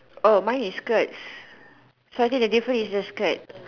oh mine is skirt so I think the difference is the skirt